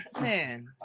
man